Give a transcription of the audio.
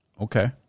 Okay